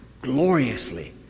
gloriously